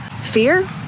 fear